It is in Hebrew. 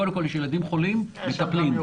קודם כול יש ילדים חולים מטפלים.